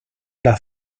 las